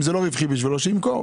אם זה לא רווחי בשבילו שימכור.